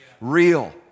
real